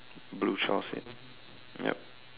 blue child seat yup